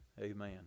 Amen